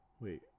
Wait